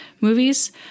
movies